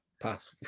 pass